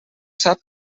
sap